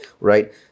Right